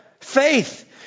faith